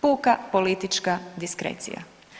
Puka politička diskrecija.